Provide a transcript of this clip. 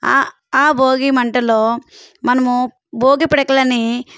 ఆ ఆ భోగిమంటలో మనము భోగి పిడకలన్నీ